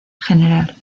gral